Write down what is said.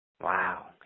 Wow